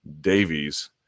Davies